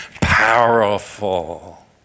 powerful